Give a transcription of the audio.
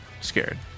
scared